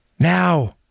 now